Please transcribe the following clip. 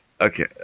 Okay